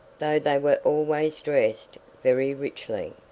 though they were always dressed very richly.